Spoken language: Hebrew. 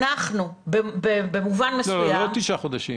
אנחנו במובן מסוים